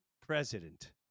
president